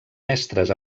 mestres